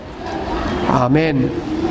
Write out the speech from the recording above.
Amen